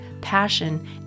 passion